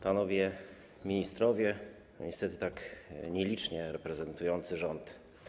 Panowie ministrowie, niestety tak nielicznie reprezentujący rząd!